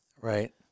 Right